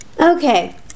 Okay